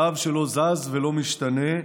קו שלא זז ולא משתנה,